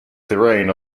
terrain